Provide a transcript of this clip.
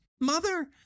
mother